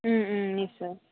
নিশ্চয়